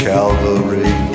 Calvary